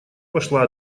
пошла